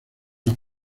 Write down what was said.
las